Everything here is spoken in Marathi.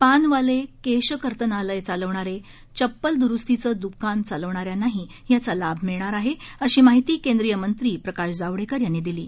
पानवाले केशकर्तनालय चालविणारे चपल दुरुस्तीचे दुकान चालविणाऱ्यांनाही याचा लाभ मिळणार आहे अशी माहिती केंद्रीय मंत्री प्रकाश जावडेकर यांनी दिली आहे